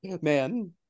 man